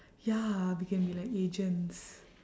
ya we can be like agents